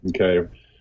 Okay